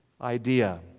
idea